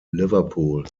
liverpool